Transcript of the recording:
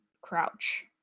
Crouch